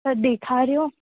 त ॾेखारियो